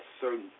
certain